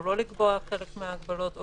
או לא לקבוע חלק מההגבלות,